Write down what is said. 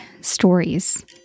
stories